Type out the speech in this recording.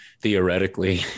theoretically